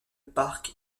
parc